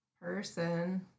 person